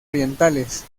orientales